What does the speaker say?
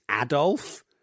Adolf